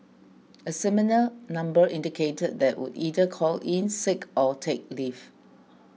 a similar number indicated that would either call in sick or take leave